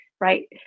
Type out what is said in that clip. right